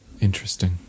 Interesting